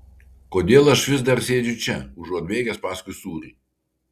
kodėl aš vis dar sėdžiu čia užuot bėgęs paskui sūrį